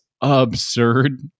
absurd